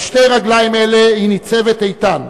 על שתי רגליים אלה היא ניצבת איתן.